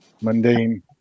mundane